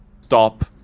stop